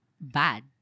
bad